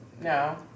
no